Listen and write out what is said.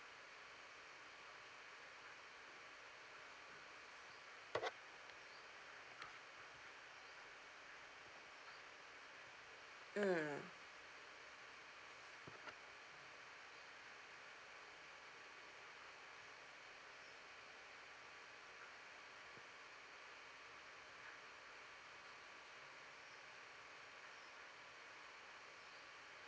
mm